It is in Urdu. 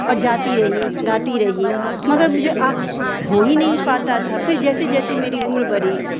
اور جاتی رہی گاتی رہی مگر مجھے آنکھ ہو ہی نہیں پاتا تھا پھر جیسے جیسے میری عمر بڑھی